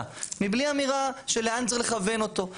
מבלי אמירה של לאן צריך לכוון אותו.